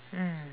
mm